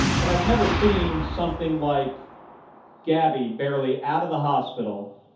but i've never seen something like gabby barely out of the hospital,